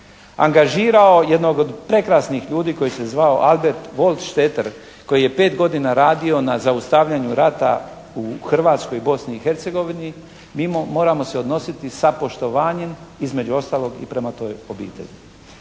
Angažirao jednog od prekrasnih ljudi koji se zvao Albert Voltšteper koji je 5 godina radio na zaustavljanju rata u Hrvatskoj, Bosni i Hercegovini. Mi moramo se odnositi sa poštovanjem između ostalog i prema toj obitelji.